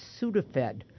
Sudafed